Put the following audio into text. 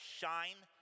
shine